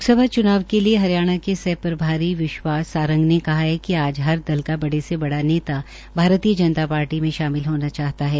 लोकसभा च्नाव के लिये हरियाणा के सह प्रभारी विश्वास सारंग ने कहा है कि आज हर दल का बड़े से बड़ा नेता भारतीय जनता पार्टी में शामिल होना चाहता है